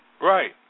Right